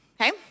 Okay